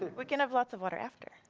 we can have lots of water after.